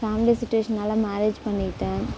family சுட்சுவேஷன்னால marriage பண்ணிட்டேன்